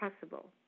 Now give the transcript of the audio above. possible